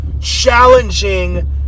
challenging